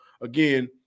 again